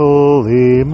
Holy